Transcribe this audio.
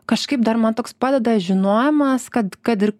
kažkaip dar man toks padeda žinojimas kad kad ir